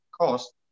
cost